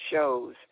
shows